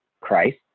Christ